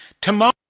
tomorrow